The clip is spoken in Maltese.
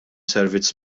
servizz